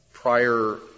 prior